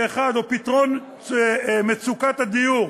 או פתרון מצוקת הדיור,